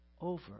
over